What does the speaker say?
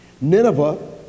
Nineveh